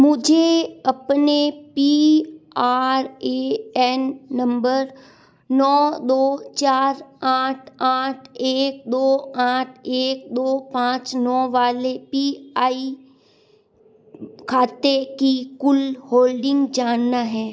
मुझे अपने P R A N number नौ दो चार आठ आठ एक दो आठ एक दो पाँच नौ वाले पी आई खाते की कुल होल्डिंग जानना है